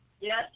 Yes